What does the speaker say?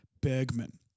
Bergman